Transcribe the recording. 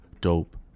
dope